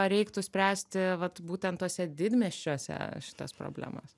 reiktų spręsti vat būtent tuose didmiesčiuose šitas problemas